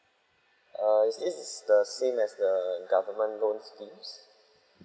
err is this the same as the government loan schemes